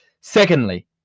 Secondly